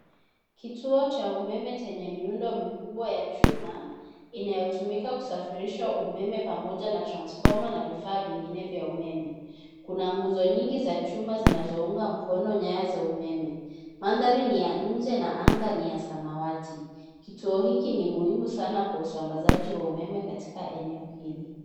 Kituo cha umeme chenye miundo mikubwa ya chuma inayotumika kusafirisha umeme pamoja na transfoma na vifaa vingine vya umeme. Kuna ngouzo nyingi za chuma zinazounga mkono nyaya za umeme. Mandhari ni ya nje na anga ni ya samawati. Kituo hiki ni muhimu sana kwa usambazaji wa umeme katiaka eneo hili.